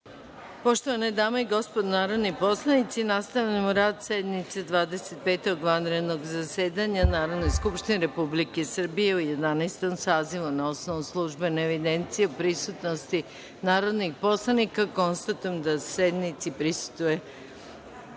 Poštovane dame i gospodo narodni poslanici, nastavljamo rad sednice Dvadeset petog vanrednog zasedanja Narodne skupštine Republike Srbije u Jedanaestom sazivu. Na osnovu službene evidencije o prisutnosti narodnih poslanika, konstatujem da sednici prisustvuje